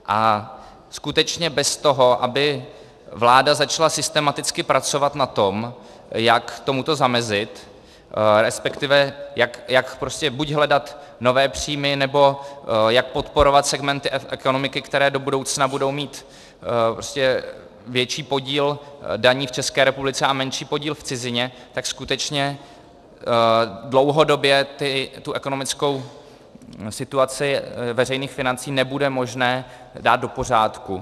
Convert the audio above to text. A skutečně bez toho, aby vláda začala systematicky pracovat na tom, jak tomuto zamezit, respektive jak prostě buď hledat nové příjmy, nebo jak podporovat segmenty ekonomiky, které do budoucna budou mít větší podíl daní v České republice a menší podíl v cizině, tak skutečně dlouhodobě ekonomickou situaci veřejných financí nebude možné dát do pořádku.